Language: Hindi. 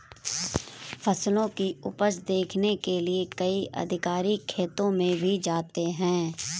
फसलों की उपज देखने के लिए कई अधिकारी खेतों में भी जाते हैं